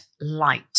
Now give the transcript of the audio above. light